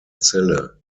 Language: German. zelle